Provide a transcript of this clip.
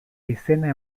izena